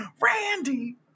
Randy